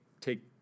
take